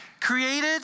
Created